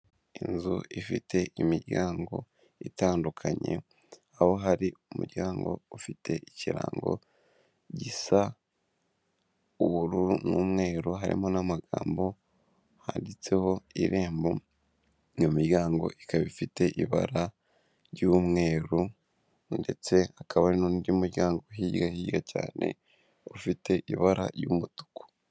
Inzu ifite imiryango itandukanye, aho hari umuryango ufite ikirango gisa ubururu n'umweru, harimo n'amagambo handitseho Irembo, iyo miryango ikaba ifite ibara ry'umweru, ndetse hakaba n'undi muryango uri hirya hirya cyane ufite ibara ry'umutuku.